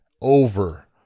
over